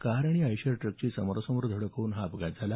car आणि आयशर ट्रकची समोरासमोर धडक होऊन हा अपघात झाला